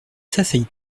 s’asseyent